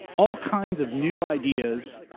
all kinds of new ideas,